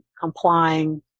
complying